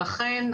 לכן,